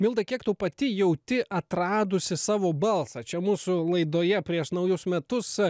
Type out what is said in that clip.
milda kiek tu pati jauti atradusi savo balsą čia mūsų laidoje prieš naujus metus